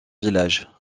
village